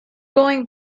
going